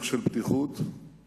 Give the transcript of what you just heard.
ברוח של פתיחות ושיתוף,